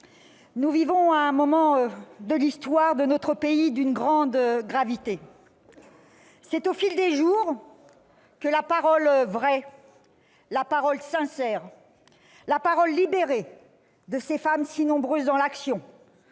nous vivons un moment de l'histoire de notre pays d'une grande gravité. C'est au fil des jours que la parole vraie, la parole sincère, la parole libérée de ces femmes si nombreuses dans l'action,